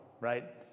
right